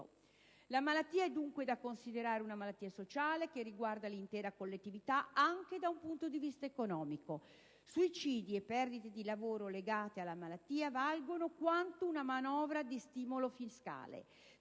La malattia è, dunque, da considerarsi una malattia sociale e che riguarda l'intera collettività anche da un punto di vista economico. Suicidi e perdite di lavoro legate alla malattia della depressione valgono quanto una manovra di stimolo fiscale: